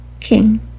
King